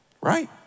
Right